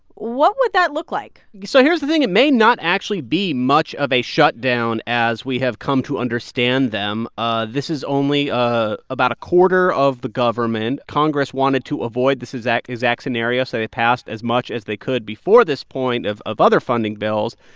what would that look like? so here's the thing. it may not actually be much of a shutdown as we have come to understand them. ah this is only ah about a quarter of the government. congress wanted to avoid this exact exact scenario, so they passed as much as they could before this point of of other funding bills.